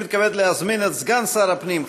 אני מתכבד להזמין את סגן שר הפנים,